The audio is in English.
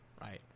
right